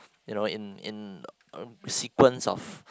you know in in sequence of